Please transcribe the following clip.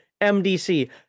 MDC